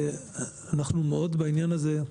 אנחנו מאוד בעניין הזה.